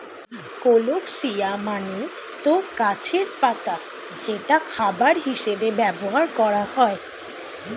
colocasia মানে তো গাছের পাতা যেটা খাবার হিসেবে ব্যবহার করা হয়